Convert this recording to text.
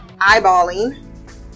eyeballing